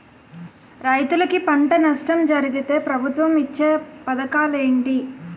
రైతులుకి పంట నష్టం జరిగితే ప్రభుత్వం ఇచ్చా పథకాలు ఏంటి?